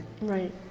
Right